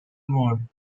moon